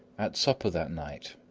at supper that night,